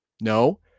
No